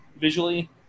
visually